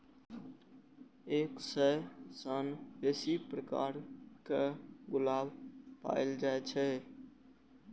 एक सय सं बेसी प्रकारक गुलाब पाएल जाए छै